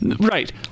Right